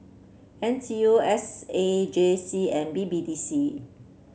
N T U S A J C and B B D C